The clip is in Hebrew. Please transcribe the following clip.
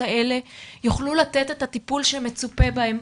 האלה יוכלו לתת את הטיפול שמצופה מהם.